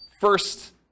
first